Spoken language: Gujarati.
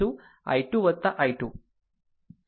5 છે આ ઇનકમિંગ કરંટ છે અને 2 છે કે શું i 2 i 2